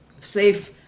safe